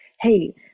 hey